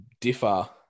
differ